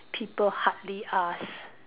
people hardly ask